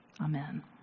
Amen